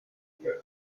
zabijać